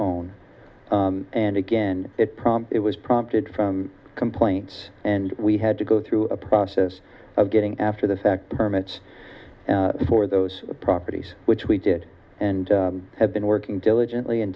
own and again it was prompted from complaints and we had to go through a process of getting after the fact permits for those properties which we did and have been working diligently and